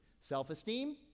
self-esteem